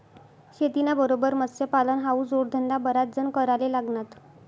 शेतीना बरोबर मत्स्यपालन हावू जोडधंदा बराच जण कराले लागनात